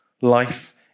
Life